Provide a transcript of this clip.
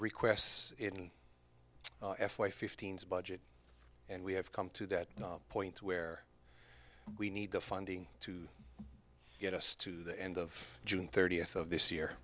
requests in f y fifteen's budget and we have come to that point where we need the funding to get us to the end of june thirtieth of this year